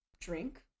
drink